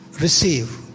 receive